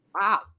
Wow